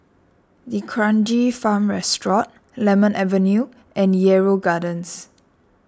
D'Kranji Farm Resort Lemon Avenue and Yarrow Gardens